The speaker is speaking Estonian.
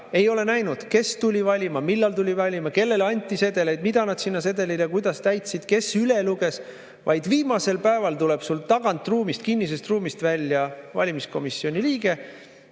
ei ole näinud, kes tuli valima, millal tuli valima, kellele anti sedeleid, kuidas nad neid sedeleid täitsid, kes üle luges. Viimasel päeval tuleb sul tagantruumist, kinnisest ruumist välja valimiskomisjoni liige,